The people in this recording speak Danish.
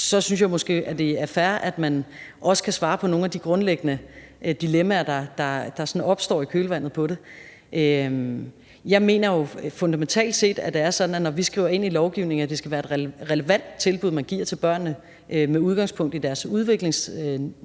så synes jeg måske, at det er fair, at man også kan svare på nogle af de grundlæggende dilemmaer, der opstår i kølvandet på det. Jeg mener jo fundamentalt set, at det er sådan, at når vi skriver ind i lovgivningen, at det skal være et relevant tilbud, man giver til børnene, med udgangspunkt i deres udviklingsniveau,